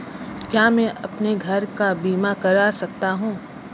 क्या मैं अपने घर का बीमा करा सकता हूँ?